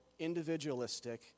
individualistic